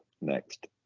next